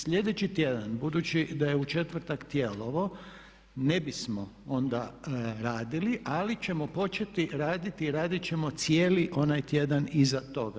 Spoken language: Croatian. Slijedeći tjedan budući da je u četvrtak Tijelovo ne bismo onda radili, ali ćemo početi raditi i radit ćemo cijeli onaj tjedan iza toga.